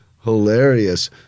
Hilarious